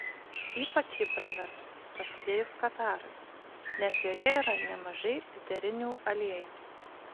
ypač ji pravers prasidėjus katarui nes joje yra nemažai eterinių aliejų